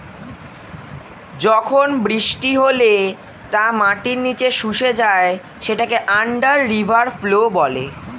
যখন বৃষ্টি হলে তা মাটির নিচে শুষে যায় সেটাকে আন্ডার রিভার ফ্লো বলে